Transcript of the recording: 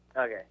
Okay